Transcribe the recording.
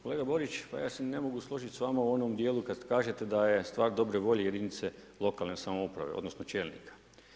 Kolega Borić, pa ja se ne mogu složiti s vama u onom dijelu, kad kažete da je stvar dobre volje jedinice lokalne samouprave, odnosno čelnika.